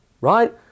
Right